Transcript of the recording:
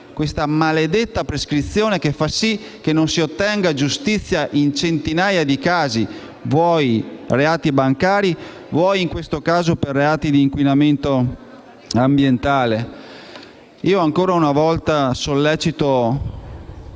questa maledetta prescrizione che fa sì che non si ottenga giustizia in centinaia di casi, vuoi nei casi di reati bancari, vuoi, in questo caso, per reati di inquinamento ambientale. Ancora una volta, sollecito